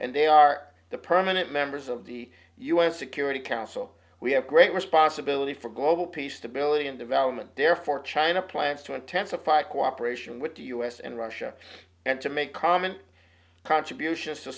and they are the permanent members of the un security council we have great responsibility for global peace stability and development therefore china plans to intensify cooperation with the u s and russia and to make common contributions to